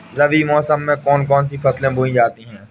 रबी मौसम में कौन कौन सी फसलें बोई जाती हैं?